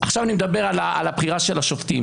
עכשיו אני מדבר על הבחירה של השופטים.